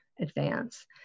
advance